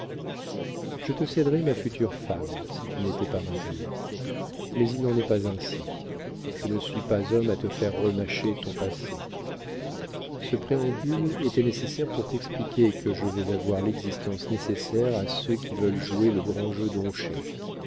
je te céderais ma future femme si tu n'étais pas marié mais il n'en est pas ainsi je ne suis pas homme à te faire remâcher ton passé ce préambule était nécessaire pour t'expliquer que je vais avoir l'existence nécessaire à ceux qui veulent jouer le grand jeu